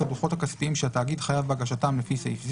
הדוחות הכספיים שהתאגיד חייב בהגשתם לפי סעיף זה,